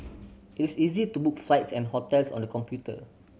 it is easy to book flights and hotels on the computer